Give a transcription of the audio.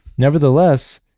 Nevertheless